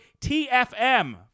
TFM